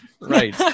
right